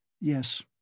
Yes